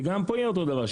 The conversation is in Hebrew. שגם פה יהיה אותו דבר?